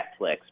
Netflix